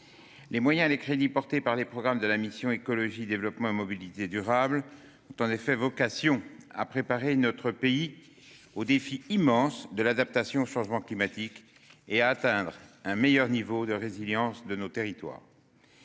Les moyens et les crédits portés par les programmes de la mission « Écologie, développement et mobilité durables » ont en effet vocation à préparer notre pays aux défis immenses de l'adaptation au changement climatique et à atteindre un meilleur niveau de résilience de nos territoires.